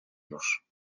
już